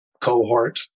cohort